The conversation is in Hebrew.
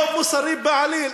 לא מוסרי בעליל.